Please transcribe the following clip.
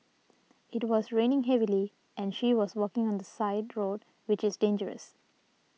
it was raining heavily and she was walking on the side road which is dangerous